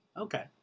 okay